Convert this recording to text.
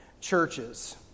churches